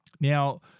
Now